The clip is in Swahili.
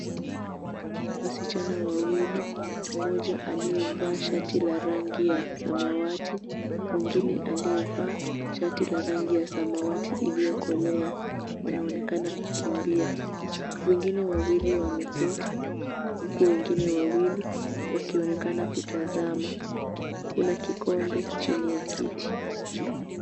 Wasichana wawili mmoja aliyevaa shati la rangi ya samawati mwingine aliyevaa shati la rangi ya samawati iliyokolea wanaonekana wakikimbia, wengine wawili wameketi huku wengine wawili wakionekana kutazama, kuna kikombe chini ya kiti.